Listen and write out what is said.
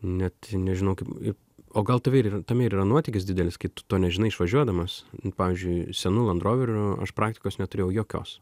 net nežinau kaip o gal tave ir tame ir yra nuotykis didelis kai tu to nežinai išvažiuodamas pavyzdžiui senu landroveriu aš praktikos neturėjau jokios